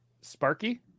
Sparky